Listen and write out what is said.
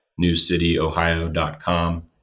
NewCityOhio.com